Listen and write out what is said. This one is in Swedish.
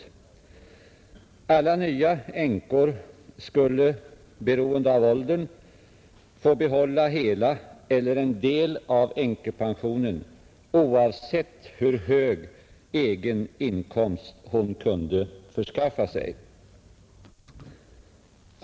Alla nya änkor skulle, beroende av åldern, få bibehålla hela eller en del av änkepensionen, oavsett hur hög egeninkomst de kunde skaffa sig.